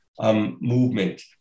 movement